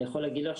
צריך לזכור,